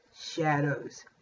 shadows